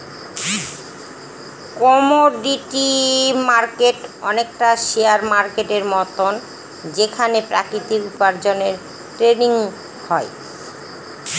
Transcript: commodity market অনেকটা share মার্কেটের মতন যেখানে প্রাকৃতিক উপার্জনের ট্রেডিং হয়